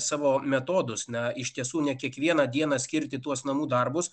savo metodus na iš tiesų ne kiekvieną dieną skirti tuos namų darbus